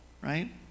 right